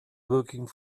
working